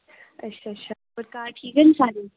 अच्छा अच्छा होर घर ठीक न सारे